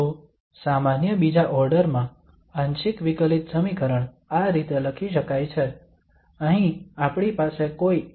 તો સામાન્ય બીજા ઓર્ડર માં આંશિક વિકલિત સમીકરણ આ રીતે લખી શકાય છે અહીં આપણી પાસે કોઇ A